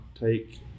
take